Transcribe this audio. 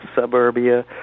suburbia